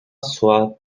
soit